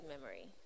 memory